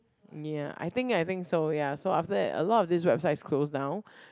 ya I think I think so ya so after that a lot of these websites closed down